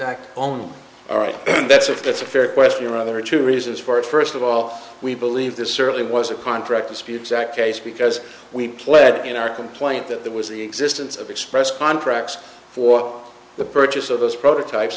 act only all right that's if that's a fair question or rather two reasons for it first of all we believe this certainly was a contract dispute that case because we pled in our complaint that that was the existence of express contracts for the purchase of us prototypes